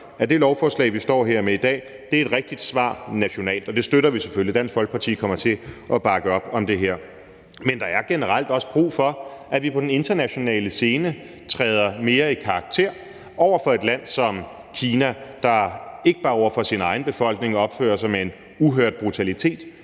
at det lovforslag, vi står med her i dag, er et rigtigt svar nationalt, og det støtter vi selvfølgelig. Dansk Folkeparti kommer til at bakke op om det her. Men der er generelt også brug for, at vi på den internationale scene træder mere i karakter over for et land som Kina, der ikke bare over for sin egen befolkning opfører sig med en uhørt brutalitet,